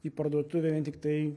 į parduotuvę vien tiktai